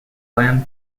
land